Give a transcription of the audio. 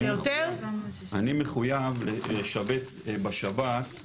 אני מחויב לשבץ בשב"ס,